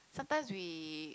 sometimes we